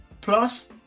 plus